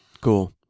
Cool